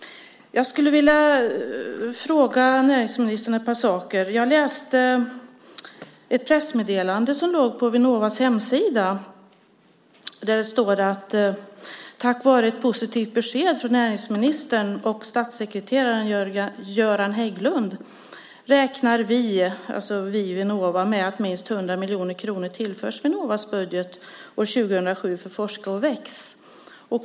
Jag skulle vilja fråga näringsministern ett par saker. Jag läste ett pressmeddelande som låg på Vinnovas hemsida. Där står det: Tack vare ett positivt besked från näringsministern och statssekreteraren Jöran Hägglund räknar vi - alltså Vinnova - med att minst 100 miljoner kronor tillförs Vinnovas budget år 2007 för Forska och väx.